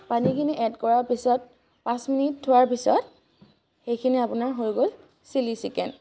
পানীখিনি এড কৰা পিছত পাঁচ মিনিট থোৱাৰ পিছত সেইখিনি আপোনাৰ হৈ গ'ল চিলি চিকেন